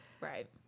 Right